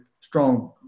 strong